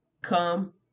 Come